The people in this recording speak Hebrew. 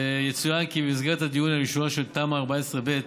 יצוין כי במסגרת הדיון על אישורה של תמ"א 14 ב'